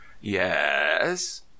yes